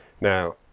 Now